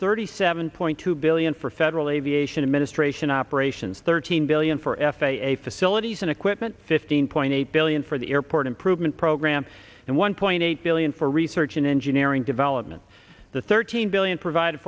thirty seven point two billion for federal aviation administration operations thirteen billion for f a a facilities and equipment fifteen point eight billion for the airport improvement program and one point eight billion for research and engineering development the thirteen billion provided